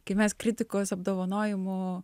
kai mes kritikos apdovanojimų